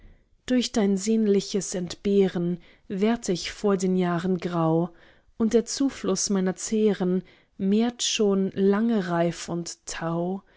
durch dein sehnliches entbehren werd ich vor den jahren grau und der zufluß meiner zähren mehrt schon lange reif und tau